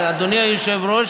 אדוני היושב-ראש,